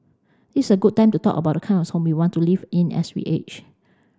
this a good time to talk about the kind of homes we want to live in as we age